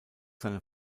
seine